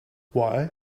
why